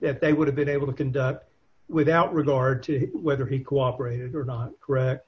that they would have been able to conduct without regard to whether he cooperated or not correct